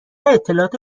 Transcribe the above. اطلاعات